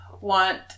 want